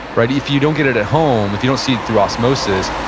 right? if you don't get it at home, if you don't see it through osmosis,